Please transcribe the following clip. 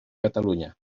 catalunya